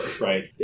Right